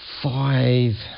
five